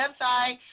website